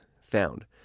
found